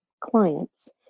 clients